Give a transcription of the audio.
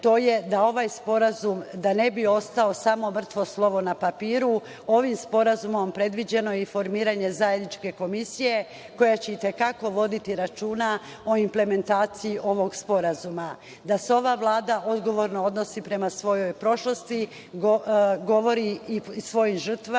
to je da ovim sporazumom, da ne bi ostao samo mrtvo slovo na papiru, predviđeno i formiranje zajedničke komisije koja će i te kako voditi računa o implementaciji ovog sporazuma. Da se ova Vlada odgovorno odnosi prema svojoj prošlosti i svojim žrtvama